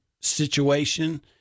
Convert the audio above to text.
situation